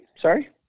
Sorry